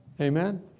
Amen